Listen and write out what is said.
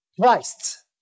Christ